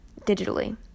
digitally